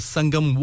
Sangam